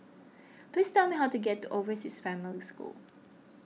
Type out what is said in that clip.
please tell me how to get to Overseas Family School